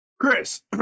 Chris